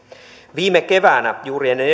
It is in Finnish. keväällä juuri ennen